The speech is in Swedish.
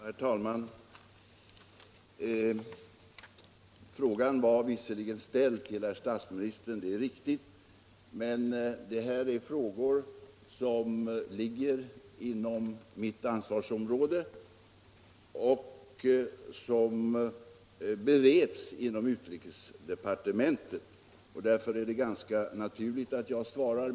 Herr talman! Interpellationen var visserligen framställd till herr statsministern, men det här är frågor som ligger inom mitt ansvarsområde och som bereds inom utrikesdepartementet. Därför är det ganska naturligt att jag svarar.